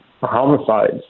homicides